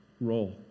role